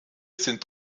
sind